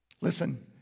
Listen